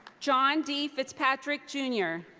john d. fitzpatrick jr.